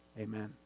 Amen